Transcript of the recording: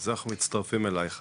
זה אנחנו מצטרפים אלייך,